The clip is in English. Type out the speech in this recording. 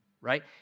right